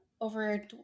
over